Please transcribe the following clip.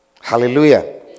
Hallelujah